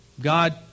God